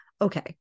okay